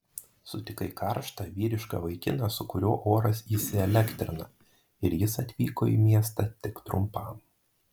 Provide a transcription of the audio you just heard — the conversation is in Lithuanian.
sutikai karštą vyrišką vaikiną su kuriuo oras įsielektrina ir jis atvyko į miestą tik trumpam